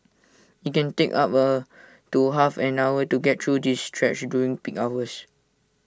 IT can take up A to half an hour to get through the stretch during peak hours